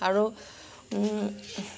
আৰু